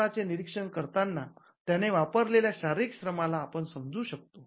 सुताराचे निरीक्षण करताना त्याने वापरलेल्या शारीरिक श्रमाला आपण समजू शकतो